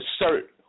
assert